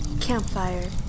campfire